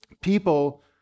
People